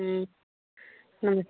हम्म हम्म